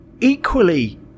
equally